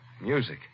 Music